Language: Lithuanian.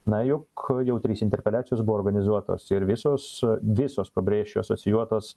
na juk jau trys interpeliacijos buvo organizuotos ir visos visos pabrėšiu asocijuotos